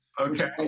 Okay